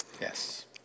Yes